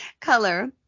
color